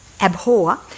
abhor